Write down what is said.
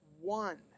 one